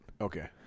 Okay